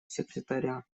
секретаря